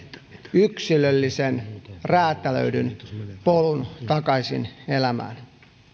yksilöllisen räätälöidyn polun takaisin elämään